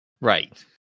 right